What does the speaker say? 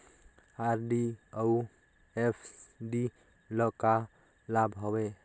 RD अऊ FD ल का लाभ हवे?